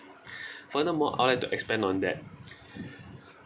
furthermore I'd like to explain on that